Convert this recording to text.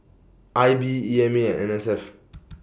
I B E M A and N S F